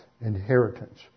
inheritance